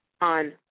on